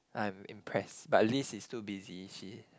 I'm impressed but Liz is too busy she